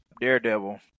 Daredevil